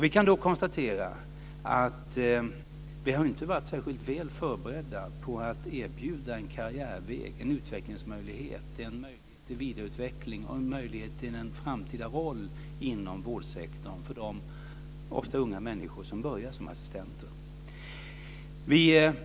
Vi kan konstatera att vi inte har varit särskilt väl förberedda på att erbjuda en karriärväg, en möjlighet till vidareutveckling och en möjlighet till en framtida roll inom vårdsektorn för dem, ofta unga människor, som börjar som assistenter.